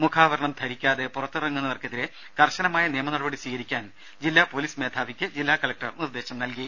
മുഖാവരണം ധരിക്കാതെ പുറത്തിറങ്ങുന്നവർക്കെതിരെ കർശനമായ നിയമനടപടി സ്വീകരിക്കാൻ ജില്ലാ പോലീസ് മേധാവിക്ക് ജില്ലാ കലക്ടർ നിർദേശം നൽകി